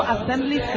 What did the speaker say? Assembly